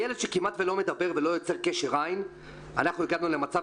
מילד שכמעט ולא מדבר ולא יוצר קשר עין הגענו למצב